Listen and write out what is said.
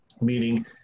meaning